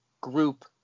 group